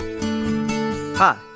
Hi